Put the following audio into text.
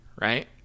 right